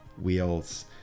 wheels